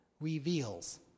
reveals